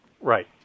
Right